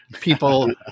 People